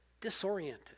disoriented